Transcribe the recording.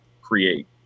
create